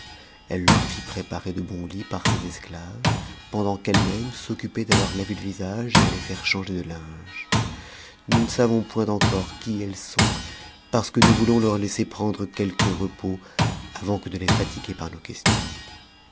elle leur fit préparer de bons lits par ses esclaves pendant qu'ellemême s'occupait à leur laver le visage et à les faire changer de linge nous ne savons point encore qui elles sont parce que nous voulons leur laisser prendre quelque repos avant que de les fatiguer par nos questions